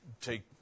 take